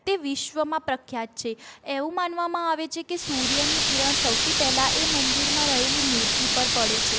તે વિશ્વમાં પ્રખ્યાત છે એવું માનવામાં આવે છે કે સૂર્યની કિરણ સૌથી પહેલાં એ મંદિરમાં રહેલી મૂર્તિ પર પડે છે